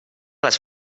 les